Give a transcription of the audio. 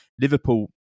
Liverpool